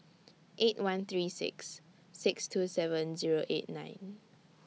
eight one three six six two seven Zero eight nine